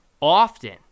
often